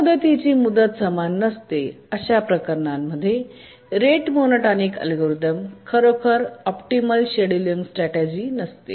ज्या मुदतीची मुदत समान नसते अशा प्रकरणांमध्ये रेट मोनोटोनिक अल्गोरिदम खरोखर ऑप्टिमल शेडूलिंग स्ट्रॅटजि नसते